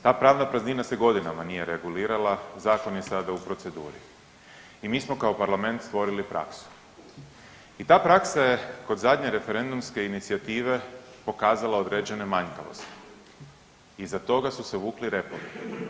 Ta pravna praznina se godinama nije regulirala i zakon je sada u proceduru i mi smo kao parlament stvorili praksu i ta praksa je kod zadnje referendumske inicijative pokazala određene manjkavosti i iza toga su se vukli repovi.